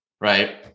Right